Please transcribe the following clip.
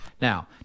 Now